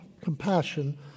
compassion